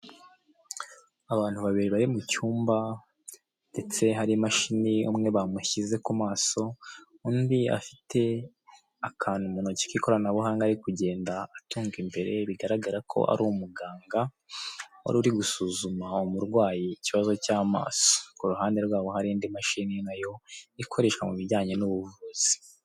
Urujya ni uruza rw'abantu bari kwamamaza umukandida mu matora y'umukuru w'igihugu bakaba barimo abagabo ndetse n'abagore, bakaba biganjemo abantu bambaye imyenda y'ibara ry'icyatsi, bari mu ma tente arimo amabara y'umweru, icyatsi n'umuhondo, bamwe bakaba bafite ibyapa biriho ifoto y'umugabo wambaye kositime byanditseho ngo tora, bakaba bacyikijwe n'ibiti byinshi ku musozi.